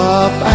up